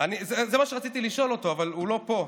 זה מה שרציתי לשאול אותו, אבל הוא לא פה.